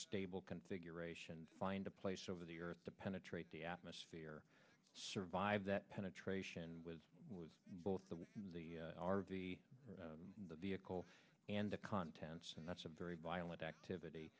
stable configuration find a place over the earth to penetrate the atmosphere survived that penetration was with both the with the r v the vehicle and the contents and that's a very violent activity